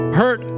hurt